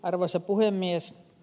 arvoisa puhemies